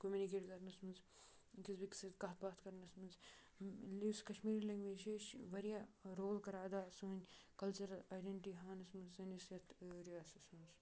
communicate کَرنَس منٛز أکِس بیٚکِس سۭتۍ کَتھ باتھ کَرنَس منٛز یُس کشمیٖری لٮ۪نٛگویج چھِ یہِ چھِ واریاہ رول کَران ادا سٲنۍ کَلچَرَل آیڈٮ۪نٹی ہاونَس منٛز سٲنِس یَتھ رِیاستَس منٛز